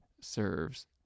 serves